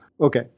okay